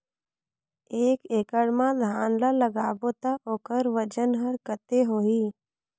एक एकड़ मा धान ला लगाबो ता ओकर वजन हर कते होही?